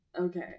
Okay